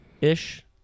ish